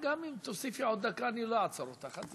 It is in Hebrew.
גם אם תוסיפי עוד דקה לא אעצור אותך.